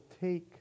take